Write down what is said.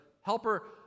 helper